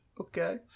okay